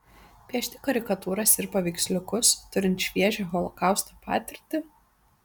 piešti karikatūras ir paveiksliukus turint šviežią holokausto patirtį